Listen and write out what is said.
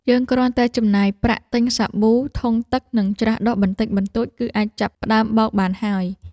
យើងគ្រាន់តែចំណាយប្រាក់ទិញសាប៊ូ ធុងទឹក និងច្រាសដុសបន្តិចបន្តួច គឺអាចចាប់ផ្តើមបោកបានហើយ។